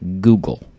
Google